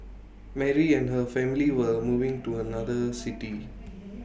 Mary and her family were moving to another city